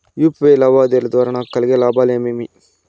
UPI లావాదేవీల ద్వారా నాకు కలిగే లాభాలు ఏమేమీ?